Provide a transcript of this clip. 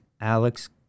Alex